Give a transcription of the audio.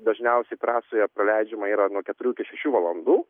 dažniausiai trasoje praleidžiama yra nuo keturių iki šešių valandų